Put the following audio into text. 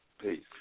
Peace